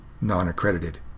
non-accredited